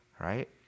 Right